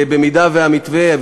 במידה שהמתווה,